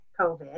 COVID